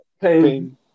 Pain